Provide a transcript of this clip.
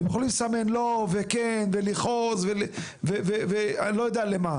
אתם יכולים לסמן לא וכן ולכעוס ואני לא יודע למה